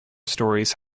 stories